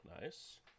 nice